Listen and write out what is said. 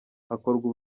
hakorwa